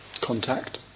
Contact